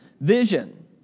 Vision